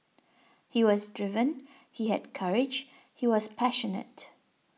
he was driven he had courage he was passionate